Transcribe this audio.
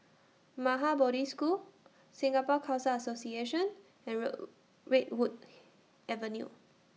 Maha Bodhi School Singapore Khalsa Association and Road Redwood Avenue